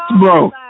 bro